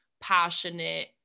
passionate